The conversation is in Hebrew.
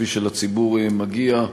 כפי שלציבור מגיע,